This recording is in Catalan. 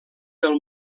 del